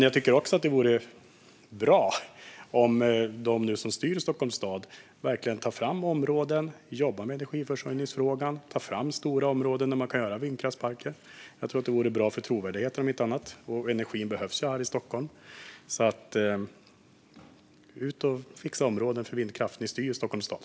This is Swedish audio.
Jag tycker dock också att det vore bra om de som nu styr Stockholms stad verkligen jobbar med energiförsörjningsfrågan och tar fram stora områden där man kan ha vindkraftsparker. Jag tror att det vore bra för trovärdigheten, om inte annat, och energin behövs ju här i Stockholm. Så ut och fixa områden för vindkraft! Ni styr ju Stockholms stad.